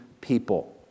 people